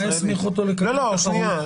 מה הסמיך אותו לקבל --- לא, שנייה.